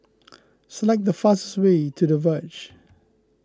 select the fastest way to the Verge